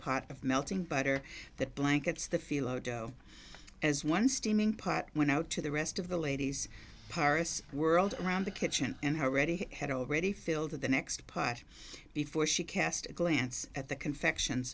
of melting butter that blankets the filo dough as one steaming pot when out to the rest of the ladies paris whirled around the kitchen and her already had already filled to the next part before she cast a glance at the confection